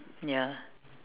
ya